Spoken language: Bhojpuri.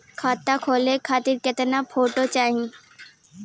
खाता खोले खातिर केतना फोटो चाहीं?